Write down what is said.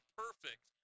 perfect